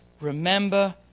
remember